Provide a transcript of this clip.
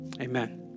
Amen